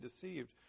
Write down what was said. deceived